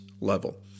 level